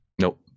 Nope